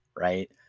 right